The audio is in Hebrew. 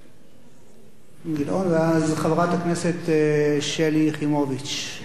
ואז, חברת הכנסת שלי יחימוביץ.